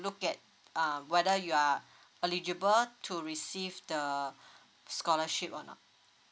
look at um whether you are eligible to receive the scholarship or not